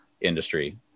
industry